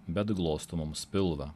bet glosto mums pilvą